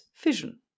Fission